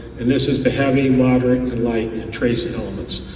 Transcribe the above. and this is the heavy moderate and light trace and elements.